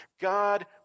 God